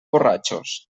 borratxos